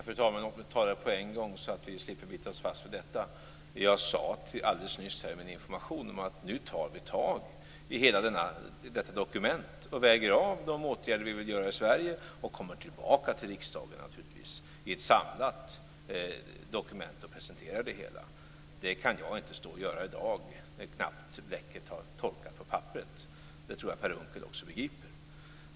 Fru talman! Låt mig ta detta med en gång så att vi slipper att bita oss fast vid det: Jag sade alldeles nyss i min information att vi nu tar tag i hela detta dokument, väger det emot de åtgärder som vi vill vidta i Sverige och kommer naturligtvis tillbaka till riksdagen med ett samlat dokument och presenterar det hela. Det kan jag inte stå och göra i dag när bläcket på papperet knappt har torkat. Det tror jag att också Per Unckel begriper.